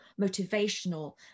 motivational